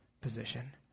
position